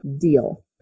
deal